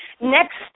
Next